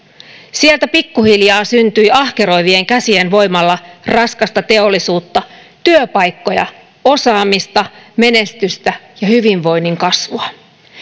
sieltä pikkuhiljaa syntyi ahkeroivien käsien voimalla raskasta teollisuutta työpaikkoja osaamista menestystä ja hyvinvoinnin kasvua